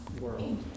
world